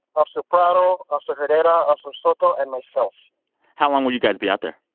officer prado, officer herrera, officer soto and myself how long will you guys be out there?